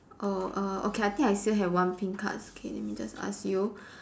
oh err okay I think I still have one pink card okay let me just ask you